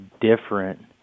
different